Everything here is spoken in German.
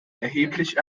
erheblich